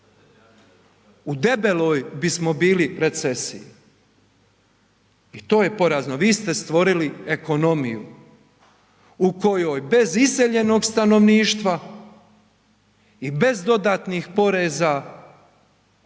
u debeloj bismo bili recesiji i to je porazno, vi ste stvorili ekonomiju u kojoj bez iseljenog stanovništva i bez dodatnih poreza mi